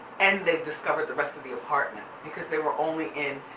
and they've discovered the rest of the apartment, because they were only in,